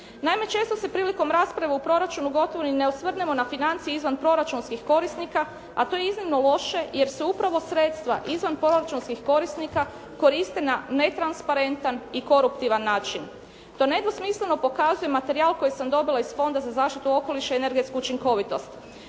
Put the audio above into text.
Naime često se prilikom rasprave u proračunu gotovo ni ne osvrnemo na financije izvanproračunskih korisnika a to je iznimno loše jer se upravo sredstva izvanproračunskih korisnika koriste na netransparentan i koruptivan način. To nedvosmisleno pokazuje materijal koji sam dobila iz Fonda za zaštitu okoliša i energetsku učinkovitost.